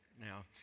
Now